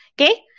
Okay